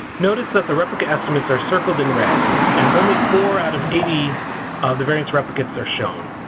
notice that the replicate estimates are circled in red and only four out of eighty of the variance replicates are shown.